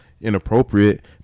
inappropriate